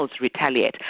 retaliate